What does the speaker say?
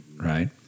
Right